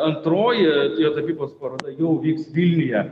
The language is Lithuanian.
antroji jo tapybos paroda jau vyks vilniuje